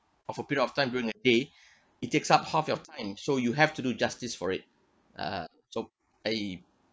of a period of time during a day it takes up half your time so you have to do justice for it uh so I